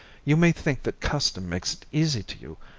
you may think that custom makes it easy to you,